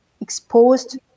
exposed